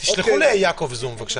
אפשר להעיר משהו?